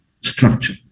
structure